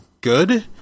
good